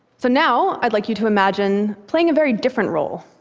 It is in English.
so now, i'd like you to imagine playing a very different role,